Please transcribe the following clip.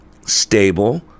stable